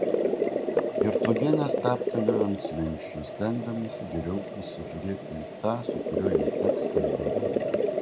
hercogienė stabtelėjo ant slenksčio stengdamasi geriau įsižiūrėti tą su kuriuo jai teks kalbėtis